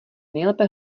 nejlépe